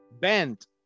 bent